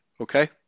Okay